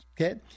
okay